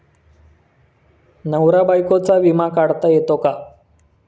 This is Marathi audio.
नवरा बायकोचा विमा काढता येतो का?